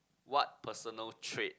what personal trait